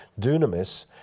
dunamis